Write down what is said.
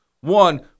one